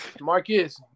Marcus